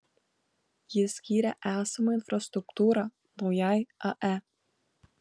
jis gyrė esamą infrastruktūrą naujai ae